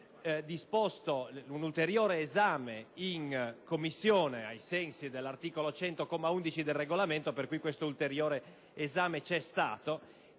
disposto l'ulteriore esame in Commissione, ai sensi dell'articolo 100, comma 11, del Regolamento, per cui questo ulteriore esame c'è stato,